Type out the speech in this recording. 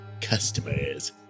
Customers